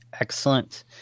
Excellent